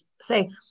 say